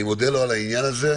אני מודה לו על העניין הזה.